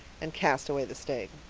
and cast away the sting.